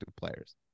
players